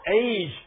age